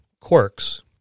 quirks